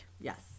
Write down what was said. yes